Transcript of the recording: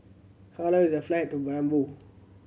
how long is the flight to Paramaribo